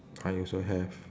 I also have